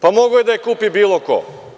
Pa mogao je da je kupi bilo ko.